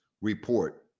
report